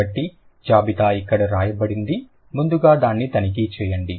కాబట్టి జాబితా ఇక్కడ వ్రాయబడింది ముందుగా దాన్ని తనిఖీ చేయండి